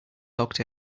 locked